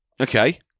Okay